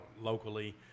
locally